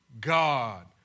God